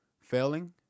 failing